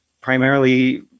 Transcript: primarily